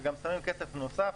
וגם שמים כסף נוסף.